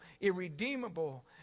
irredeemable